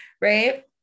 right